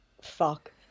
fuck